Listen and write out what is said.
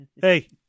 hey